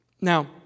Now